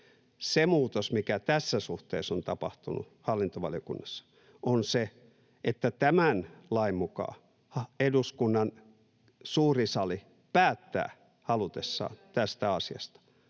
Se muutos, mikä tässä suhteessa on tapahtunut hallintovaliokunnassa, on se, että tämän lain mukaan eduskunnan suuri sali päättää halutessaan tästä asiasta.